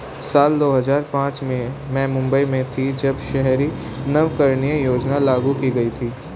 साल दो हज़ार पांच में मैं मुम्बई में थी, जब शहरी नवीकरणीय योजना लागू की गई थी